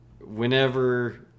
whenever